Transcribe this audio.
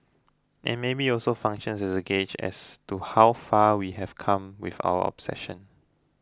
and maybe also functions as a gauge as to how far we have come with our obsession